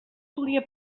solia